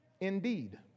indeed